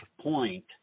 point